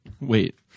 wait